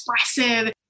expressive